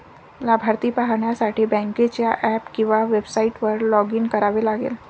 लाभार्थी पाहण्यासाठी बँकेच्या ऍप किंवा वेबसाइटवर लॉग इन करावे लागेल